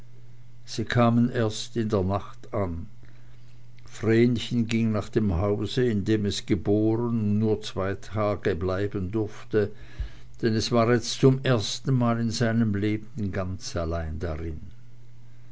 sie kamen erst in der nacht an vrenchen ging nach dem hause in dem es geboren und nur zwei tage bleiben durfte und es war jetzt zum ersten mal in seinem leben ganz allein darin